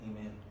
Amen